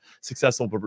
successful